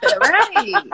right